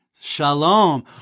shalom